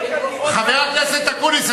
חבר הכנסת אקוניס,